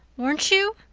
weren't you?